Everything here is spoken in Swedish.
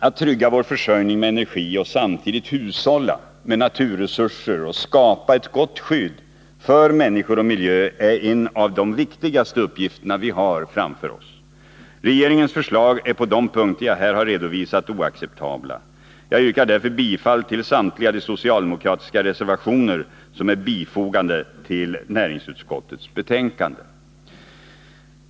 Att trygga vår försörjning med energi och samtidigt hushålla med naturresurser och skapa ett gott skydd för människor och miljö är en av de viktigaste uppgifterna vi har framför oss. Regeringens förslag är på de punkter jag här har redovisat oacceptabla. Jag yrkar därför bifall till samtliga socialdemokratiska reservationer som är fogade till näringsutskottets betänkande.